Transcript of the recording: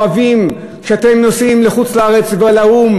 אוהבים כשאתם נוסעים לחוץ-לארץ ולאו"ם